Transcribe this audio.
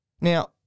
Now